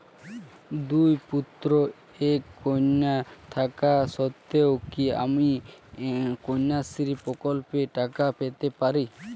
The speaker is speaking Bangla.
দুই পুত্র এক কন্যা থাকা সত্ত্বেও কি আমি কন্যাশ্রী প্রকল্পে টাকা পেতে পারি?